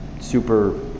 super